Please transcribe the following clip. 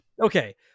Okay